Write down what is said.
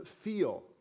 feel